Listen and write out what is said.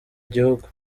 gihugu